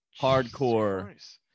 hardcore